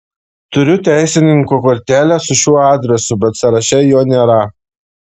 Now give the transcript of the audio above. turiu teisininko kortelę su šiuo adresu bet sąraše jo nėra